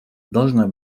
должна